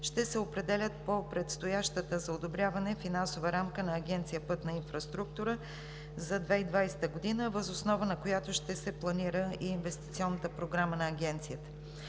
ще се определят по предстоящата за одобряване финансова рамка на Агенция „Пътна инфраструктура“ за 2020 г., въз основа на която планира и инвестиционната програма на Агенцията.